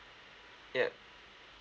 yup